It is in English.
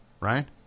right